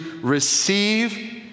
receive